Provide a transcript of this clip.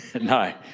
No